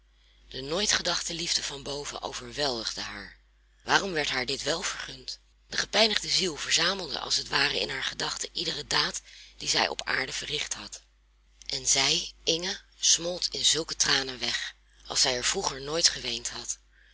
de nooit gedachte liefde van boven overweldigde haar waarom werd haar dit wel vergund de gepijnigde ziel verzamelde als t ware in haar gedachten iedere daad die zij op aarde verricht had en zij inge smolt in zulke tranen weg als zij er vroeger nooit geweend had